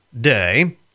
Day